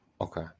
Okay